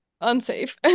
unsafe